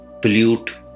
pollute